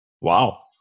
Wow